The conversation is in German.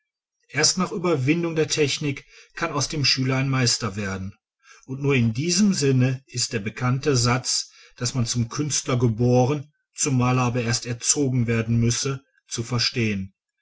erst nach überwindung der technik kann aus dem schüler ein meister werden und nur in diesem sinne ist der bekannte satz daß man zum künstler geboren zum maler aber erst erzogen werden müsse zu verstehen